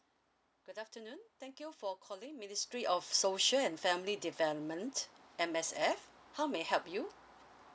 good afternoon thank you for calling ministry of social and family development M_S_F how may I help you